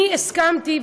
אני הסכמתי,